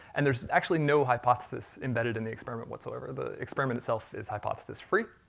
and there's actually no hypothesis embedded in the experiment whatsoever. the experiment itself is hypothesis-free,